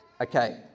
Okay